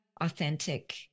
authentic